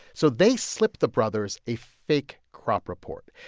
so they slipped the brothers a fake crop report,